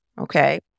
okay